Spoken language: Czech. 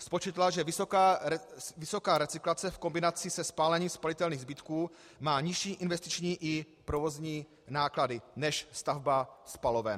Spočítala, že vysoká recyklace v kombinaci se spálením spalitelných zbytků má nižší investiční i provozní náklady než stavba spaloven.